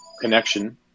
connection